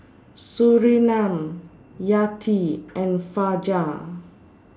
Surinam Yati and Fajar